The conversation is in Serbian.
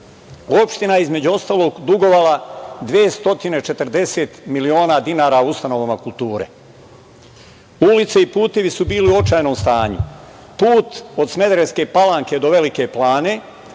bunara. Opština, između ostalog, je dugovala 240 miliona dinara u ustanovama kulture. Ulice i putevi su bili u očajnom stanju. Put od Smederevske Palanke do Velike Plane,